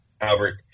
Albert